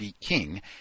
King